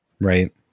Right